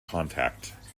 contact